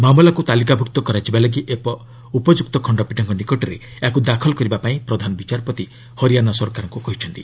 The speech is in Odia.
ମାମଲାକୁ ତାଲିକାଭୁକ୍ତ କରାଯିବା ଲାଗି ଏକ ଉପଯୁକ୍ତ ଖଣ୍ଡପୀଠଙ୍କ ନିକଟରେ ଏହାକୁ ଦାଖଲ କରିବାକୁ ପ୍ରଧାନ ବିଚାରପତି ହରିୟାନା ସରକାରଙ୍କୁ କହିଛନ୍ତି